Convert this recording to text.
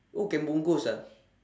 oh can bungkus ah